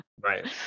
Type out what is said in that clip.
right